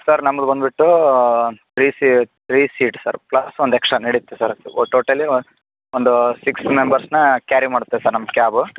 sir ನಮ್ಮದು ಬನ್ಬಿಟ್ಟೂ three ಸೀ ತ್ರೀ ಸೀಟ್ಸ್ ಸರ್ ಪ್ಲಸ್ ಒಂದು ಎಕ್ಸ್ಟ್ರಾ ನಡಿಯತ್ತೆ ಸರ್ ಟೋಟಲಿ ಒಂದು ಸಿಕ್ಸ್ ಮೆಂಬರ್ಸ್ನ ಕ್ಯಾರಿ ಮಾಡುತ್ತೆ ಸರ್ ನಮ್ಮ ಕ್ಯಾಬು